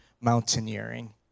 mountaineering